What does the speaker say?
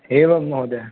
एवं महोदय